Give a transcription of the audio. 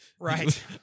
Right